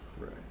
right